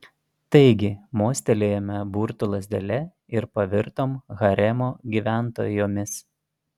taigi mostelėjome burtų lazdele ir pavirtom haremo gyventojomis